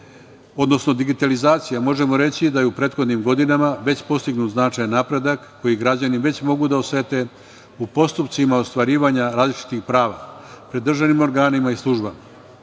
odnosno, digitalizacija, možemo reći da je u prethodnim godinama već postignut značajni napredak koji građani već mogu da osete u postupcima ostvarivanja različitih prava pred državnim organima i službama. Tu